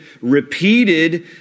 repeated